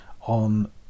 on